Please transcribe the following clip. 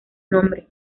nombre